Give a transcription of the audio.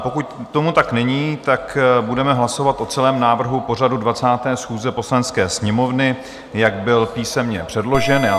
Pokud tomu tak není, tak budeme hlasovat o celém návrhu pořadu 20. schůze Poslanecké sněmovny, jak byl písemně předložen.